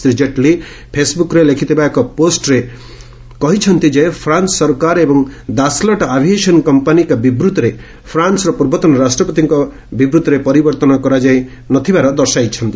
ଶ୍ରୀ କେଟ୍ଲୀ ଫେସ୍ବୁକ୍ରେ ଲେଖିଥିବା ଏକ ପୋଷ୍ଟରେ କୁହାଯାଇଛି ଫ୍ରାନ୍ସ ସରକାର ଏବଂ ଦାସଲ୍ଟ୍ ଆଭିଏସନ୍ କମ୍ପାନୀ ଏକ ବିବୃଭିରେ ଫ୍ରାନ୍ସର ପୂର୍ବତନ ରାଷ୍ଟ୍ରପତିଙ୍କ ବିବୃତ୍ତିରେ ପରିବର୍ତ୍ତନ କରାଯାଇ ନଥିବା ଦର୍ଶାଯାଇଛି